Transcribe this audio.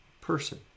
person